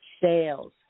sales